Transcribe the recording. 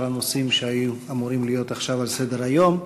הנושאים שהיו אמורים להיות עכשיו על סדר-היום.